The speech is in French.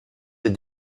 les